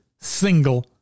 single